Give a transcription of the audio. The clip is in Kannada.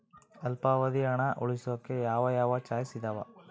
ಅಲ್ಪಾವಧಿ ಹಣ ಉಳಿಸೋಕೆ ಯಾವ ಯಾವ ಚಾಯ್ಸ್ ಇದಾವ?